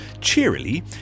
Cheerily